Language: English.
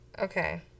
Okay